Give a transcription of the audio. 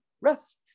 rest